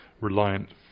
reliant